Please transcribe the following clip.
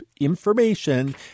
information